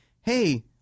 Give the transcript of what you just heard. hey